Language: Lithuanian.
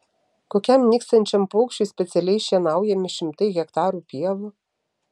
kokiam nykstančiam paukščiui specialiai šienaujami šimtai hektarų pievų